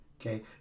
okay